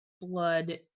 blood